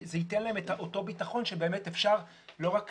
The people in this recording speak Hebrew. זה ייתן להם את אותו ביטחון שבאמת אפשר לא רק